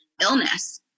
illness